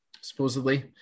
supposedly